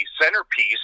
centerpiece